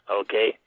okay